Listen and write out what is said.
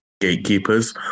gatekeepers